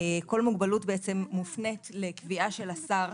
שכל מוגבלות מופנית לקביעה של השר,